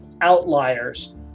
outliers